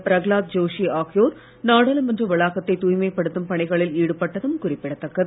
பிரகலாத் ஜோஷி ஆகியோர் நாடாளுமன்ற வளாகத்தை தூய்மைப்படுத்தும் பணிகளில் ஈடுபட்டதும் குறிப்பிடத்தக்கது